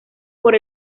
por